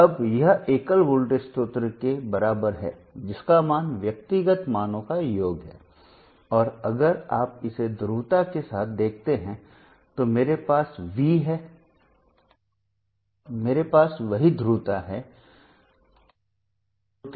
अब यह एकल वोल्टेज स्रोत के बराबर है जिसका मान व्यक्तिगत मानों का योग है और अगर आप इसे ध्रुवता के साथ देखते हैं तो मेरे पास वी है और मेरे पास वही ध्रुवता है वी इस स्रोत के कारण